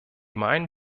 meinen